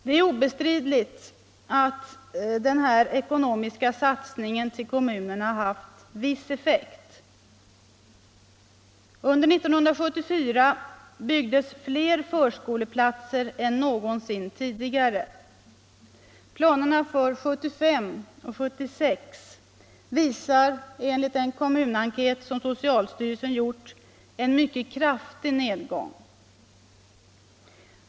Det är obestridligt att denna ekonomiska satsning till kommunerna haft viss effekt. Under 1974 byggdes fler förskoleplatser än någonsin tidigare. Planerna för 1975 och 1976 visar enligt en kommunenkät som socialstyrelsen gjort en mycket kraftig nedgång.